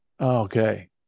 Okay